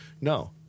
No